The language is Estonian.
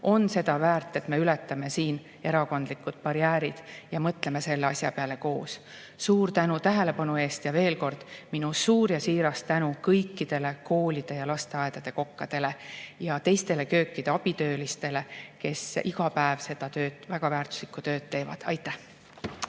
on seda väärt. Me [peaksime] ületama erakondlikud barjäärid ja mõtlema selle asja peale koos. Suur tänu tähelepanu eest! Ja veel kord, minu suur ja siiras tänu kõikidele koolide ja lasteaedade kokkadele ja köögiabitöölistele, kes iga päev seda tööd, väga väärtuslikku tööd teevad. Aitäh!